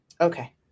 Okay